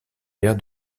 père